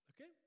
Okay